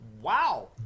wow